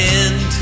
end